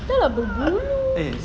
dah lah berbulu